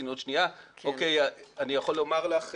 אני יכול לומר לכם